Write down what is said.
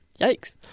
Yikes